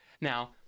Now